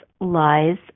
lies